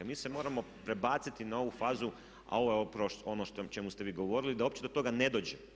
Mi se moramo prebaciti na ovu fazu, a ovo je upravo ono o čemu ste vi govorili, da uopće do toga ne dođe.